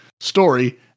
story